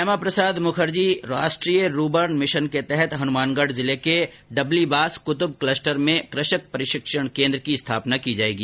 श्यामा प्रसाद मुखर्जी राष्ट्रीय rurban mission के तहत हनुमानगढ़ जिले के डबलीबास कृतुब कलस्टर में कृषक प्रशिक्षण केंद्र की स्थापना की जाएगी